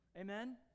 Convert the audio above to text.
Amen